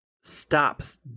stops